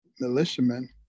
militiamen